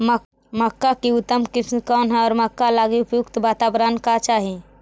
मक्का की उतम किस्म कौन है और मक्का लागि उपयुक्त बाताबरण का चाही?